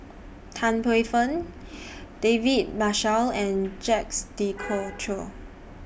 Tan Paey Fern David Marshall and Jacques De Coutre